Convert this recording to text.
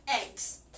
eggs